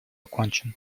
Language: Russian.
окончен